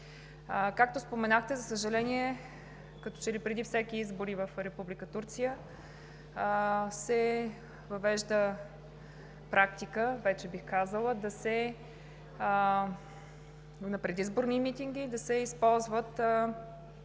Както споменахте, за съжаление, като че ли преди всеки избор в Република Турция вече се въвежда практика, бих казала, на предизборни митинги да се използват